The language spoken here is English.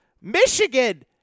michigan